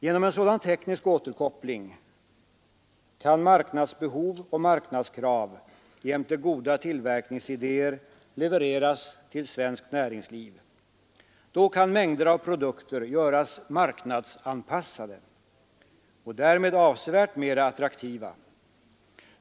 Genom en sådan teknisk återkoppling kan marknadsbehov och marknadskrav jämte goda tillverkningsidéer levereras till svenskt näringsliv. Då kan mängder av produkter göras marknadsanpassade och därmed avsevärt mer attraktiva.